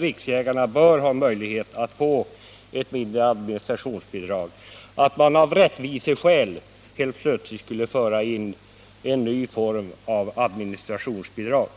riksförbund bör ges möjlighet att få ett mindre administrationsbidrag, att man av rättviseskäl helt plötsligt skulle föra in en ny form av administrationsbidrag.